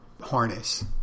harness